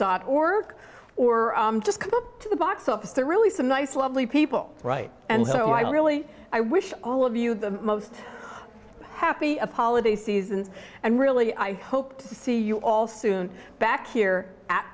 dot org or just go to the box office to really some nice lovely people right and so i really i wish all of you the most happy holiday seasons and really i hope to see you all soon back here at